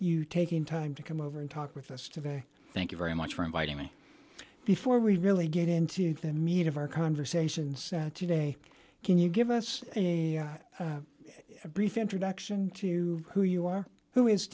you taking time to come over and talk with us today thank you very much for inviting me before we really get into the meat of our conversations today can you give us a brief introduction to who you are who is